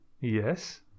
Yes